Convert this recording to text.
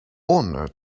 honour